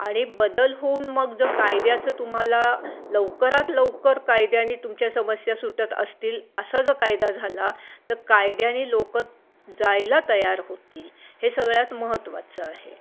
आणि बदल होऊन मग जर कायद्याचं तुम्हाला लवकरात लवकर कायद्याने तुमच्या समस्या सुटत असतील असा जर कायदा झाला तर कायद्याने लोक जायला तयार होतील हे सगळ्यात महत्त्वाचं आहे